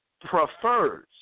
prefers